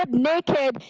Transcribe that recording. um naked,